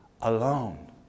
alone